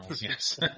yes